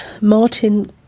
Martin